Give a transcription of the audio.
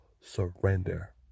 surrender